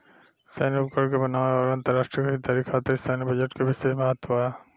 सैन्य उपकरण के बनावे आउर अंतरराष्ट्रीय खरीदारी खातिर सैन्य बजट के बिशेस महत्व बा